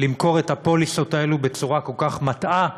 למכור את הפוליסות האלה בצורה כל כך מטעה,